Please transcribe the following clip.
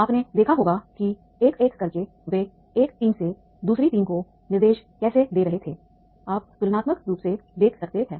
आपने देखा होगा कि एक एक करके वे एक टीम से दूसरी टीम को निर्देश कैसे दे रहे थे आप तुलनात्मक रूप से देख सकते हैं